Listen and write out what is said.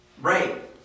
Right